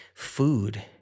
food